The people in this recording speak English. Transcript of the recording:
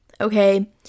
okay